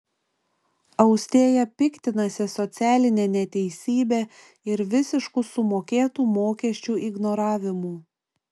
austėja piktinasi socialine neteisybe ir visišku sumokėtų mokesčių ignoravimu